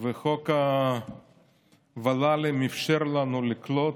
וחוק הוול"לים אפשר לנו לקלוט,